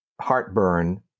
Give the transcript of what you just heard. heartburn